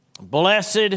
blessed